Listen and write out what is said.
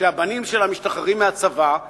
שהבנים שלה משתחררים מהצבא,